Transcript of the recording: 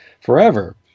forever